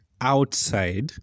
outside